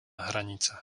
hranica